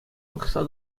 пӑхса